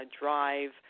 drive